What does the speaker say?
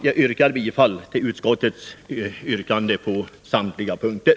Jag yrkar bifall till utskottets hemställan på samtliga punkter.